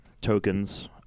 Tokens